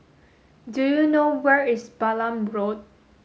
do you know where is Balam Road